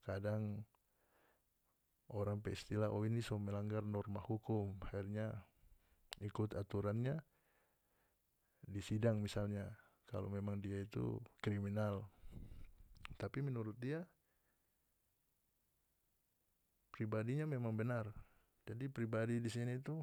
kadang orang pe istilah oh ini so melanggar norma hukum akhirnya ikut aturannya di sidang misalnnya kalau memang dia itu kriminal tapi menurut dia pribadinya memang benar jadi pribadi di sini itu.